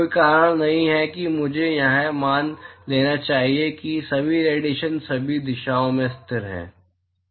कोई कारण नहीं है कि मुझे यह मान लेना चाहिए कि सभी रेडिएशन सभी दिशाओं में स्थिर हैं